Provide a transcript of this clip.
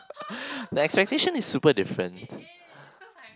the expectation is super different